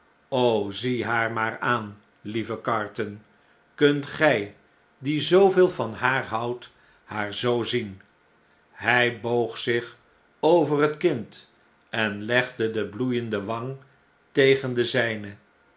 zie haar maar aan lieve carton kunt gh die zooveel van haar houdt haar zoo zien hj boog zich over het kind en legde de bloeiende wang tegen de zijne